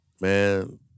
man